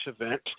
event